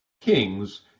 kings